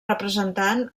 representant